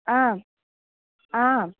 आम् आम्